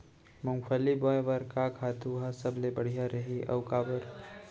मूंगफली बोए बर का खातू ह सबले बढ़िया रही, अऊ काबर?